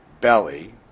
belly